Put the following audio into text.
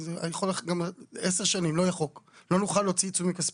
אם לא יהיה חוק, לא נוכל להוציא עיצומים כספיים.